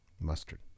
Mustard